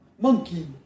monkey